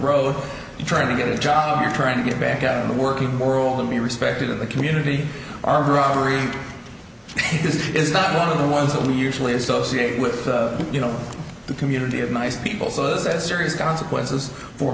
road trying to get a job or trying to get back out in the working world and be respected in the community are robbery is is not the ones that we usually associate with you know the community of nice people so as a serious consequences for